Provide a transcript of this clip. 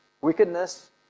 Wickedness